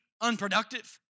unproductive